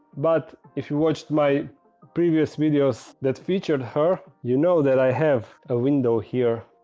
but if you watched my previous videos that featured her you know that i have a window here